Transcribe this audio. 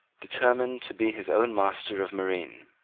determined to be his own minister of marine.